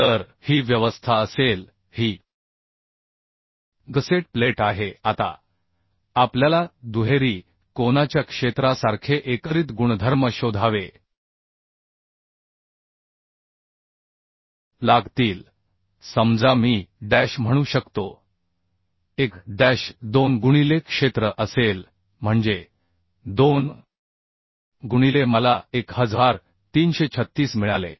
तर ही व्यवस्था असेल ही गसेट प्लेट आहे आता आपल्याला दुहेरी कोनाच्या क्षेत्रासारखे एकत्रित गुणधर्म शोधावे लागतील समजा मी डॅश म्हणू शकतो एक डॅश 2 गुणिले क्षेत्र असेल म्हणजे 2 गुणिले मला 1336 मिळाले